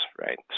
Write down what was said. right